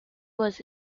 was